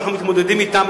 שאנחנו מתמודדים אתן,